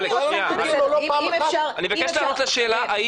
אני מבקש לענות לשאלה.